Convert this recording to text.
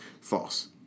false